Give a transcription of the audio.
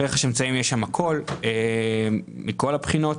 ברכש אמצעים יש הכול מכל הבחינות.